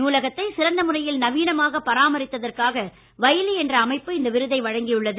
நூலகத்தை சிறந்த முறையில் நவீனமாக பராமரித்ததற்காக வைலி என்ற அமைப்பு இந்த விருதை வழங்கியுள்ளது